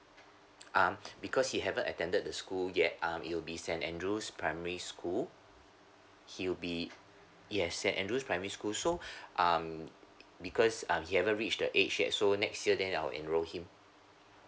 um because he haven't attended the school yet um it will be sent andrew's primary school he'll be yes saint andrew's primary school so um because um he haven't reach the age yet so next year then I'll enrol him